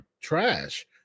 trash